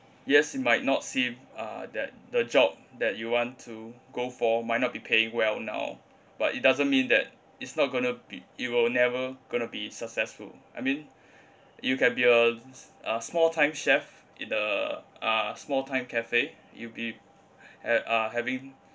yes you might not see uh that the job that you want to go for might not be paying well now but it doesn't mean that it's not going to be you will never going to be successful I mean you can be a s~ a small time chef in the uh small time cafe you'll be at uh having